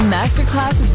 Masterclass